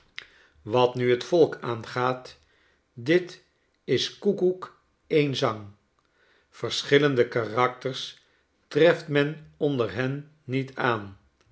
wat nu het volk aangaat dit is koekoek een zang verschillende karakters treft men onder hen niet aan